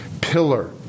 pillar